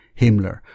Himmler